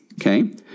okay